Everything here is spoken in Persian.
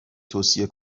توصیه